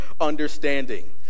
understanding